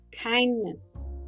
kindness